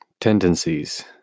tendencies